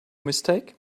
mistake